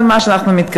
למה אנחנו מתכוונים?